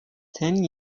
ten